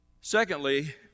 Secondly